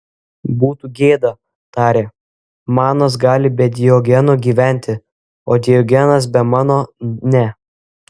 būtų gėda tarė manas gali be diogeno gyventi o diogenas be mano ne